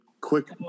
quick